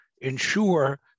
ensure